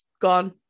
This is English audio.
gone